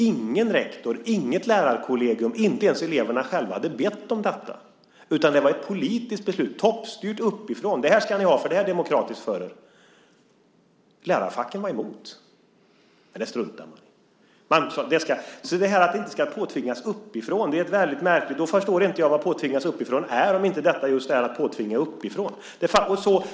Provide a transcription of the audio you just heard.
Ingen rektor, inget lärarkollegium, inte ens eleverna själva hade bett om detta, utan det var ett politiskt beslut, toppstyrt uppifrån: Det här ska ni ha, för det här är demokratiskt för er! Lärarfacken var emot, men det struntade man i. Talet om att det inte ska påtvingas uppifrån är alltså väldigt märkligt. Då förstår inte jag vad "påtvinga uppifrån" är, om inte detta just är att påtvinga uppifrån.